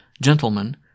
gentlemen